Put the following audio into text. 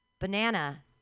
Banana